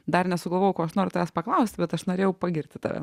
dar nesugalvojau ko aš noriu tavęs paklausti bet aš norėjau pagirti tave